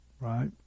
right